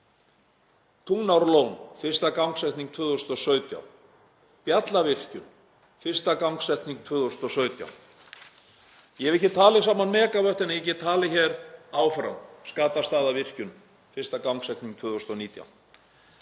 Tungnaárlón, fyrsta gangsetning 2017. Bjallavirkjun, fyrsta gangsetning 2017. Ég hef ekki talið saman megavöttin en ég get haldið áfram: Skatastaðavirkjun, fyrsta gangsetning 2019.